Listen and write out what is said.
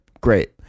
Great